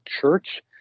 church